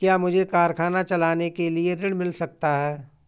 क्या मुझे कारखाना चलाने के लिए ऋण मिल सकता है?